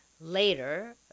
later